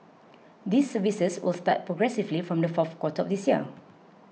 these services will start progressively from the fourth quarter of this year